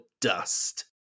dust